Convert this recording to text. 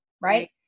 right